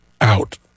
out